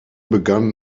begann